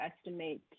estimate